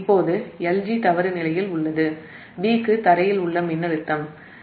இப்போது L G தவறு நிலையில் b க்கு தரையில் மின்னழுத்தம் உள்ளது